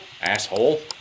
asshole